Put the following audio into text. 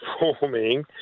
performing